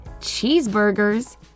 Cheeseburgers